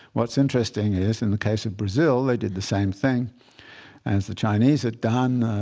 what's interesting is, in the case of brazil, they did the same thing as the chinese had done.